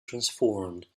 transformed